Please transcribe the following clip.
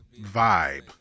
Vibe